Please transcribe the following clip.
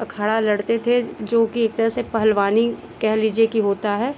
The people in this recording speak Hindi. अखाड़ा लड़ते थे जो कि एक तरह से पहलवानी कह लीजिए कि होता है